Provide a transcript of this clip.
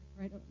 right